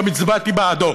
גם הצבעתי בעדו.